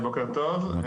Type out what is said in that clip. בוקר טוב,